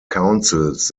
councils